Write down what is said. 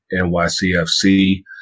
NYCFC